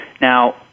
Now